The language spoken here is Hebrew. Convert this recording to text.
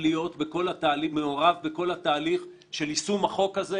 להיות מעורב בכל התהליך של יישום החוק הזה.